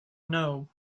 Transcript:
know